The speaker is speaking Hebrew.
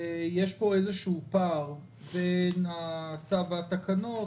שיש פה איזשהו פער בין הצו והתקנות,